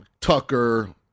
Tucker